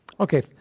Okay